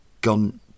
gone